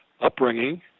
upbringing